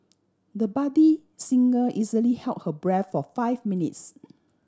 the budding singer easily held her breath for five minutes